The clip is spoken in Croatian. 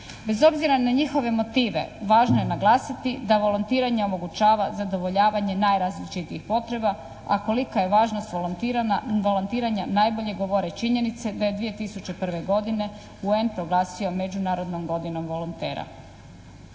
Bez obzira na njihove motive važno je naglasiti da volontiranje omogućava zadovoljavanje najrazličitijih potreba a kolika je važnost volontiranja najbolje govor činjenice da je 2002. godine UN proglasio međunarodnom godinom volontera.